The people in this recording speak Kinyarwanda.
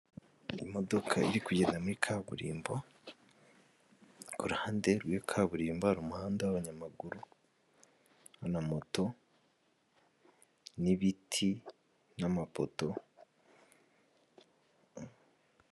Imodoka iri kugenda muri kaburimbo ku ruhande rw'iyo kaburimbo hari umuhanda w'abanyamaguru na moto n'ibiti n'amapoto.